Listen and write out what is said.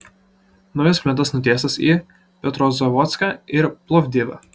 naujas plentas nutiestas į petrozavodską ir plovdivą